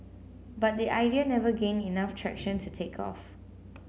but the idea never gained enough traction to take off